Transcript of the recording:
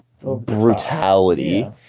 brutality